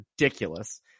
ridiculous